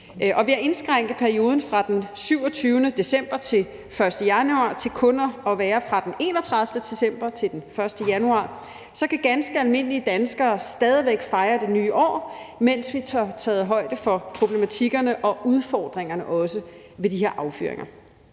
Ved at indskrænke perioden fra at være fra den 27. december til den 1. januar til kun at være fra den 31. december til den 1. januar kan ganske almindelige danskere stadig væk fejre det nye år, samtidig med at vi også tager højde for problematikkerne og udfordringerne ved de her affyringer.